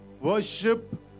Worship